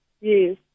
Yes